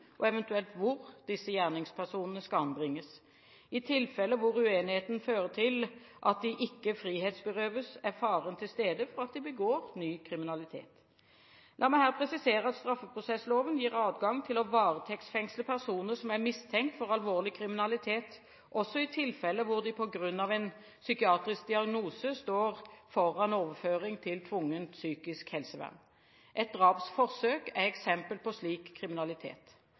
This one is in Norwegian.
og eventuelt hvor disse gjerningspersonene skal anbringes. I tilfeller der uenigheten fører til at de ikke frihetsberøves, er faren til stede for at de begår ny kriminalitet. La meg her presisere at straffeprosessloven gir adgang til å varetektsfengsle personer som er mistenkt for alvorlig kriminalitet, også i tilfeller da de på grunn av en psykiatrisk diagnose står foran overføring til tvungent psykisk helsevern. Et drapsforsøk er et eksempel på slik kriminalitet.